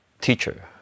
teacher